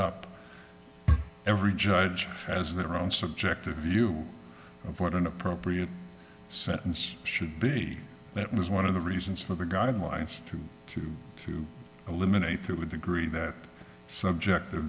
up every judge has their own subjective view of what an appropriate sentence should be that was one of the reasons for the guidelines to two to eliminate that would agree that subject the